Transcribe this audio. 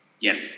Yes